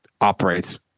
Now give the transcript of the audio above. operates